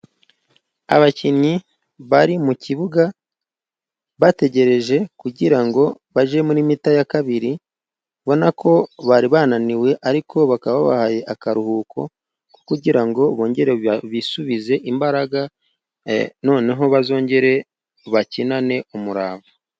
Abakinnyi bari mu kibuga bategereje kugira ngo bajye muri mita ya kabiri, ubona ko bari bananiwe ariko bakaba babahaye akaruhuko, ko kugira ngo bongere bisubize imbaraga noneho bazongere bakinane umurava.